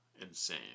insane